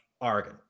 oregon